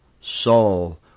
Saul